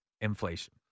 inflation